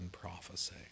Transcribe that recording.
prophecy